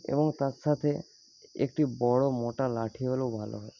এবং তার সাথে একটি বড় মোটা লাঠি হলেও ভালো হয়